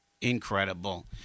Incredible